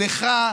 לך,